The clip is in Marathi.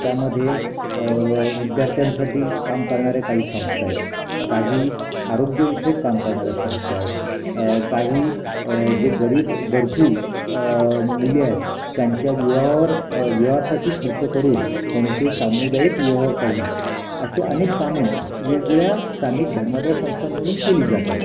त्यामध्ये विद्यार्थ्यांसाठी काम करणाऱ्या काही संस्था आहेत काही आरोग्यविषयक काम करणाऱ्या संस्था आहेत काही जे गरीब गरजू मुली आहेत त्यांच्या विवाहावर विवाहासाठी खर्च करून त्यांचे सामुदायिक विवाह करणे असे अनेक कामं वेगवेगळ्या स्थानिक धर्मादाय संस्थांमधून केली जात आहेत